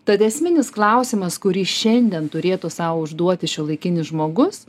tad esminis klausimas kurį šiandien turėtų sau užduoti šiuolaikinis žmogus